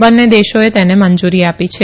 બંને દેશોએ તેને મંજુરી આપી છે